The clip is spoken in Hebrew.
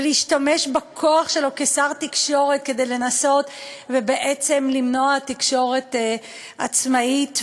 ולהשתמש בכוח שלו כשר תקשורת כדי לנסות ובעצם למנוע תקשורת עצמאית,